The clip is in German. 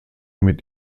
mit